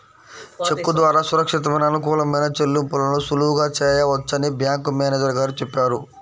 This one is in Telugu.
చెక్కు ద్వారా సురక్షితమైన, అనుకూలమైన చెల్లింపులను సులువుగా చేయవచ్చని బ్యాంకు మేనేజరు గారు చెప్పారు